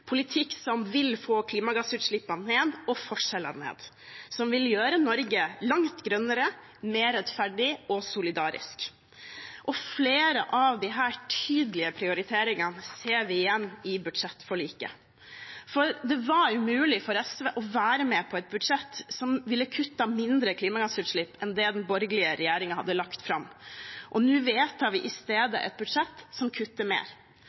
politikk som vil få klimagassutslippene ned og forskjellene ned, som vil gjøre Norge langt grønnere, mer rettferdig og solidarisk. Flere av disse tydelige prioriteringene ser vi igjen i budsjettforliket. Det var umulig for SV å være med på et budsjett som ville ha kuttet mindre i klimagassutslipp enn det den borgerlige regjeringen hadde lagt fram. Nå vedtar vi i stedet et budsjett som kutter mer.